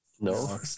No